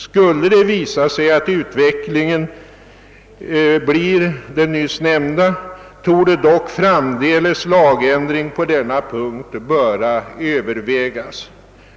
Skulle det visa sig att utvecklingen blir den nyss nämnda, torde dock framdeles lagändring på denna punkt böra övervägas.